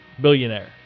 billionaire